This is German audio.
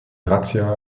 razzia